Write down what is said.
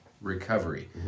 recovery